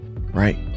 right